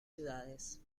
ciudades